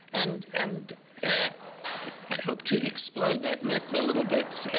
and and i hope to explode that myth a little bit